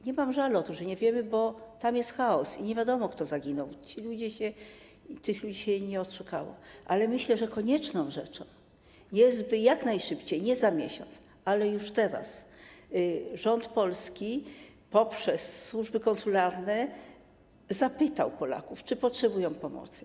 Nie mam żalu o to, że nie wiemy, bo tam jest chaos i nie wiadomo, kto zaginął, tych ludzi nie odszukano, ale myślę, że konieczne jest, by jak najszybciej, nie za miesiąc, ale już teraz, rząd polski poprzez służby konsularne zapytał Polaków, czy potrzebują pomocy.